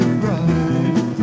bright